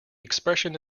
expression